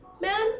man